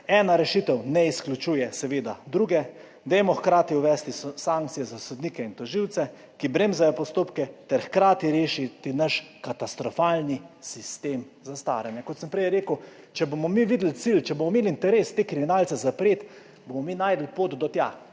Ena rešitev seveda ne izključuje druge. Dajmo hkrati uvesti sankcije za sodnike in tožilce, ki zavirajo postopke, ter rešiti naš katastrofalni sistem zastaranja. Kot sem prej rekel, če bomo mi videli cilj, če bomo imeli interes te kriminalce zapreti, bomo mi našli pot do tja,